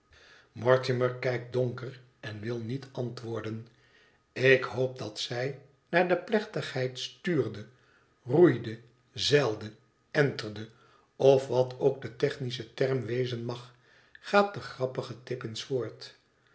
mortimer kijkt donker en wil niet antwoorden tik hoop dat zij naar de plechtigheid stuurde roeide zeilde enterde of wat ook de technische term wezen mag gaat de grappige tippins voort